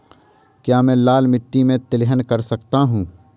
क्या मैं लाल मिट्टी में तिलहन कर सकता हूँ?